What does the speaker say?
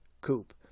coupe